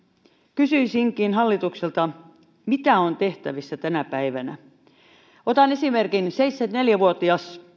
kysyisinkin hallitukselta mitä on tehtävissä tänä päivänä näiden ihmisten kohdalla otan esimerkin seitsemänkymmentäneljä vuotias